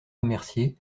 remercié